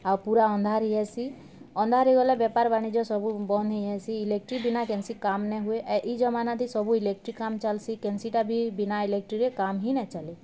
ଆଉ ପୁରା ଅନ୍ଧାର୍ ହେଇଯାଇସି ଅନ୍ଧାର୍ ହେଇଗଲେ ବେପାର୍ ବାଣିଜ୍ୟ ସବୁ ବନ୍ଦ୍ ହେଇଯାଇସି ଇଲେକ୍ଟ୍ରି ବିନା କେନ୍ସି କାମ୍ ନାଇଁ ହୁଏ ଏ ଇ ଜମାନାରେ ସବୁ ଇଲେକ୍ଟ୍ରି କାମ୍ ଚାଲ୍ସି କେନ୍ସି ଟା ବି ବିନା ଇଲେକ୍ଟ୍ରିରେ କାମ୍ ହିଁ ନାଇଁ ଚାଲେ